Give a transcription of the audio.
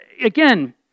again